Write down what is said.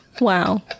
Wow